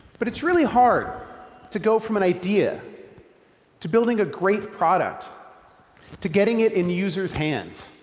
but it's really hard to go from an idea to building a great product to getting it in user's hands.